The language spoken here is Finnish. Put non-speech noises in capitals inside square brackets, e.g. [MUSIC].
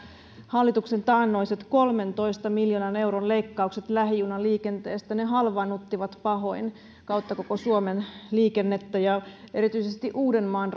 hallituksen taannoiset kolmentoista miljoonan euron leikkaukset lähijunaliikenteestä halvaannuttivat pahoin kautta koko suomen liikennettä ja erityisesti uudenmaan [UNINTELLIGIBLE]